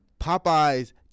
Popeye's